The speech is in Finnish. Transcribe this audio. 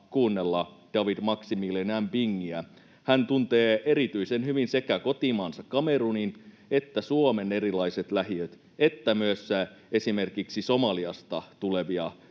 kuunnella David Maximilien Mbingiä. Hän tuntee erityisen hyvin sekä kotimaansa Kamerunin että Suomen erilaiset lähiöt, että myös esimerkiksi Somaliasta tulevia